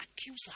accuser